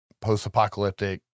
post-apocalyptic